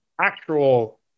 actual